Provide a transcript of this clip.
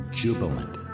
jubilant